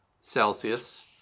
celsius